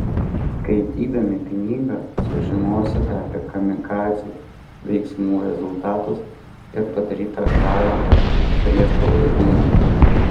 skaitydami knygą sužinosite apie kamikadzių veiksmų rezultatus ir padarytą žalą priešo laivynui